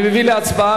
אני מביא להצבעה,